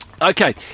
Okay